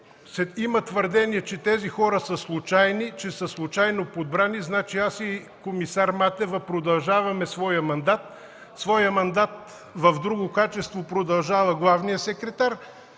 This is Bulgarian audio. Има твърдения, че тези хора са случайни, случайно подбрани. Аз и комисар Матева продължаваме своя мандат. Своя мандат в друго качество продължава главният секретар.